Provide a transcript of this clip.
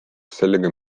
sellega